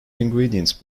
ingredients